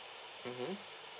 mmhmm